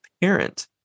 parent